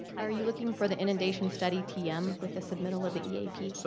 are you looking for the inundation study tm with the submittal of the eap?